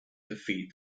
defeat